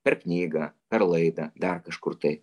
per knygą per laidą dar kažkur tai